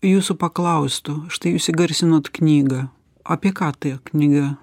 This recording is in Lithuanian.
jūsų paklaustų štai jūs įgarsinot knygą apie ką ta knyga